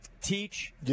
teach